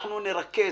אנחנו נרכז,